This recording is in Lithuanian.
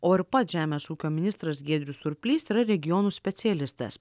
o ir pats žemės ūkio ministras giedrius surplys yra regionų specialistas